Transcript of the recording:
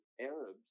Arabs